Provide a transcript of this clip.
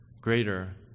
greater